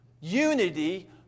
unity